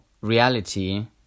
reality